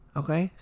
okay